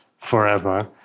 forever